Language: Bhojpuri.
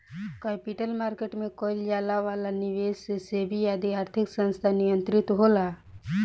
कैपिटल मार्केट में कईल जाए वाला निबेस के सेबी आदि आर्थिक संस्थान नियंत्रित होला